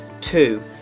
Two